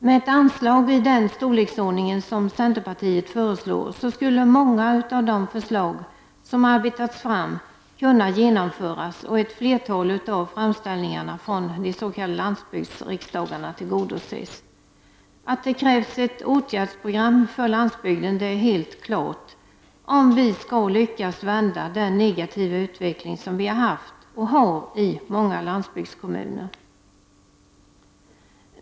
Med ett anslag i den storleksordning som centerpartiet föreslår skulle många av de förslag som arbetats fram kunna genomföras och ett flertal av framställningarna från de s.k. lantbruksriksdagarna tillgodoses. Att det krävs ett åtgärdsprogram för landsbygden är helt klart, om vi skall lyckas vända den negativa utveckling som vi har haft och har i många landsbygdskommuner.